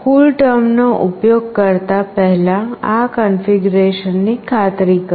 CoolTerm નો ઉપયોગ કરતા પહેલા આ કન્ફિગરેશન ની ખાતરી કરો